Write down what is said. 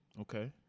Okay